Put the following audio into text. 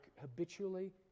habitually